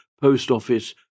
post-office